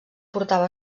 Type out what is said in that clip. portava